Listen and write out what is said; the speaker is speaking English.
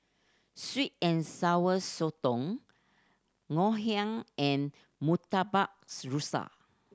sweet and Sour Sotong Ngoh Hiang and murtabak rusa